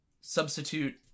substitute